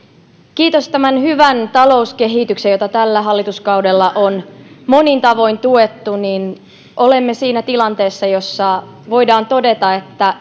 kiitos tämän hyvän talouskehityksen jota tällä hallituskaudella on monin tavoin tuettu olemme siinä tilanteessa jossa voidaan todeta että